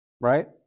right